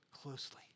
closely